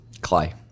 Clay